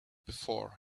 before